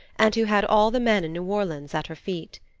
and who had all the men in new orleans at her feet.